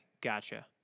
gotcha